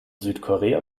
südkorea